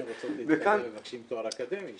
ואם הן רוצות להתקדם מבקשים תואר אקדמי,